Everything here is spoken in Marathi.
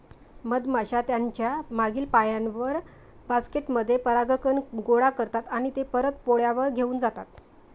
मधमाश्या त्यांच्या मागील पायांवर, बास्केट मध्ये परागकण गोळा करतात आणि ते परत पोळ्यावर घेऊन जातात